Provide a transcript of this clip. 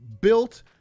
built